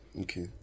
Okay